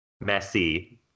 Messy